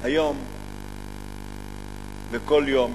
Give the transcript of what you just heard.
היום וכל יום.